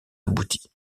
abouti